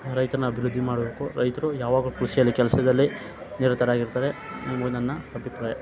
ರೈತನ ಅಭಿವೃದ್ಧಿ ಮಾಡಬೇಕು ರೈತರು ಯಾವಾಗಲೂ ಕೃಷಿಯಲ್ಲಿ ಕೆಲಸದಲ್ಲಿ ನಿರತರಾಗಿರ್ತಾರೆ ಇವು ನನ್ನ ಅಭಿಪ್ರಾಯ